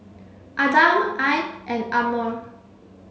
Adam Ain and Ammir